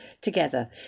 together